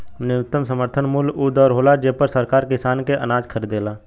न्यूनतम समर्थन मूल्य उ दर होला जेपर सरकार किसान के अनाज खरीदेला